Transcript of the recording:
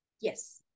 Yes